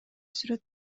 сүрөт